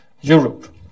Europe